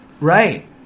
Right